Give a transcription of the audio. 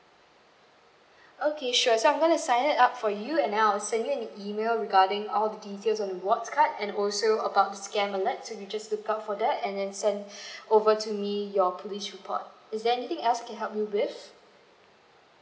okay sure so I am going to sign it up for you and now I'll send you an email regarding all the details on rewards card and also about the scam alert you just look out for that and then send over to me your police report is there anything else I can help you with